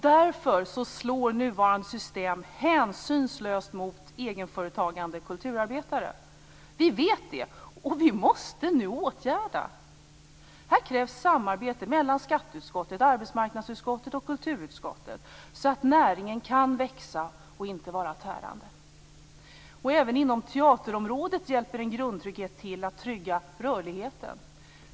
Därför slår nuvarande system hänsynslöst mot egenföretagande kulturarbetare. Vi vet det, och vi måste nu åtgärda. Här krävs samarbete mellan skatteutskottet, arbetsmarknadsutskottet och kulturutskottet så att näringen kan växa och inte vara tärande. Även inom teaterområdet hjälper en grundtrygghet till att trygga rörligheten.